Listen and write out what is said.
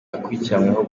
akurikiranyweho